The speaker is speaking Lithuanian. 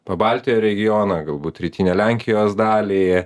pabaltijo regioną galbūt rytinę lenkijos dalį